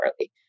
early